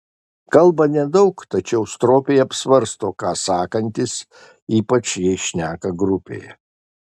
kalba nedaug tačiau stropiai apsvarsto ką sakantis ypač jei šneka grupėje